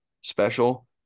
special